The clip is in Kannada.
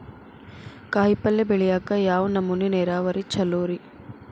ಕಾಯಿಪಲ್ಯ ಬೆಳಿಯಾಕ ಯಾವ ನಮೂನಿ ನೇರಾವರಿ ಛಲೋ ರಿ?